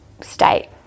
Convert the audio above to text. state